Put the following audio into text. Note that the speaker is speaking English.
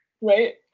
right